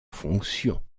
fonction